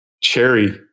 cherry